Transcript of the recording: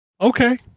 Okay